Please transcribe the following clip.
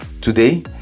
Today